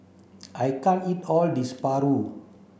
I can't eat all this Paru